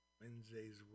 Wednesday's